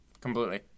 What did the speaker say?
completely